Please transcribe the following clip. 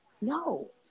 no